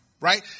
right